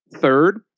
Third